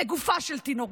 לגופה של תינוק,